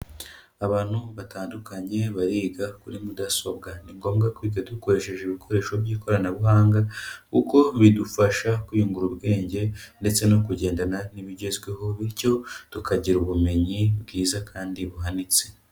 Abantu batandukanye bariga kuri mudasobwa, ni ngombwa kwiga dukoresheje ibikoresho by'ikoranabuhanga kuko bidufasha kwiyungura ubwenge ndetse no kugendana n'ibigezweho, bityo tukagira ubumenyi bwiza kandi buhanitse.